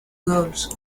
goals